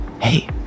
hey